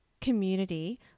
community